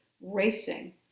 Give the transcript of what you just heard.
racing